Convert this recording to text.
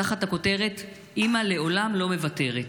תחת הכותרת "אימא לעולם לא מוותרת".